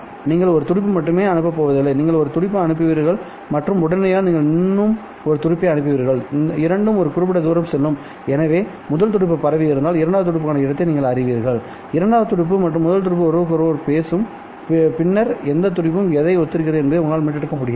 நீங்கள் ஒரு துடிப்பு மட்டுமே அனுப்பப் போவதில்லை நீங்கள் ஒரு துடிப்பு அனுப்புவீர்கள் மற்றும் உடனடியாக நீங்கள் இன்னும் ஒரு துடிப்பை அனுப்புவீர்கள் இரண்டும் ஒரு குறிப்பிட்ட தூரம் செல்லும் எனவே முதல் துடிப்பு பரவியிருந்தால் இரண்டாவது துடிப்புக்கான இடத்தை நீங்கள் அறிவீர்கள் இரண்டாவது துடிப்பு மற்றும் முதல் துடிப்பு ஒருவருக்கொருவர் பேசும் பின்னர் எந்த துடிப்பு எதை ஒத்திருக்கிறது என்பதை உங்களால் மீட்டெடுக்க முடியாது